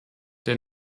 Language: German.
der